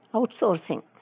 Outsourcing